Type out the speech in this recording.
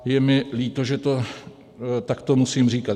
Je mi líto, že to takto musím říkat.